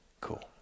cool